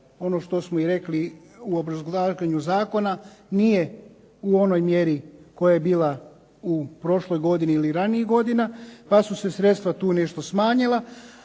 ono što smo i rekli u obrazlaganju zakona nije u onoj mjeri kojoj je bila u prošloj godini ili ranijih godina pa su se sredstva tu nešto smanjila,